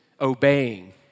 obeying